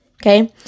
okay